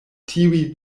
tiuj